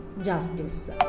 justice